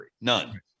none